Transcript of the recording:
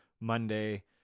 Monday